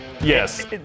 Yes